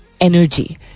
energy